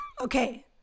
Okay